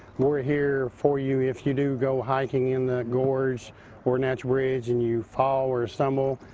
we're here for you if you do go hiking in the gorge or natural bridge and you fall or stumble.